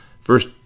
first